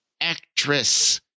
actress